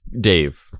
Dave